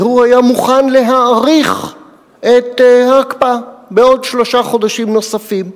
והוא היה מוכן להאריך את ההקפאה בשלושה חודשים נוספים.